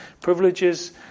privileges